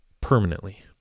permanently